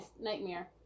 nightmare